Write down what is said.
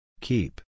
Keep